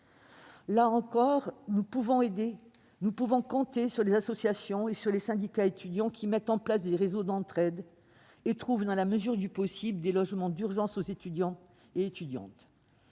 Là encore, nous pouvons compter sur des associations et sur les syndicats étudiants, qui mettent en place des réseaux d'entraide et trouvent, dans la mesure du possible, des logements d'urgence aux étudiants. Reste